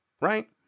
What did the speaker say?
right